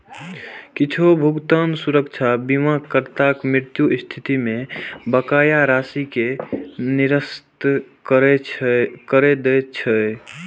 किछु भुगतान सुरक्षा बीमाकर्ताक मृत्युक स्थिति मे बकाया राशि कें निरस्त करै दै छै